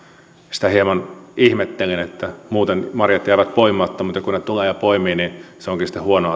sitä hieman ihmettelen että muuten marjat jäävät poimimatta mutta kun he tulevat ja poimivat niin se onkin sitten huono